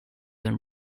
than